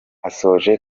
asoje